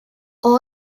all